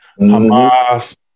Hamas